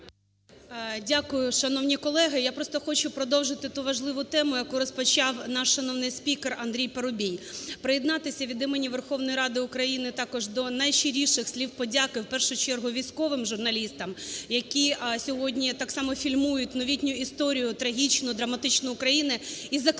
Дякую. Шановні колеги, я просто хочу продовжити ту важливу тему, яку розпочав наш шановний спікер Андрій Парубій. Приєднатися від імені Верховної Ради України також до найщиріших слів подяки, в першу чергу військовим журналістам, які сьогодні так само фільмують новітню історію трагічну, драматичну України, і закликати